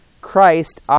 Christ